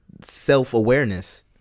self-awareness